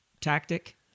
tactic